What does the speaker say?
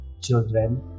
children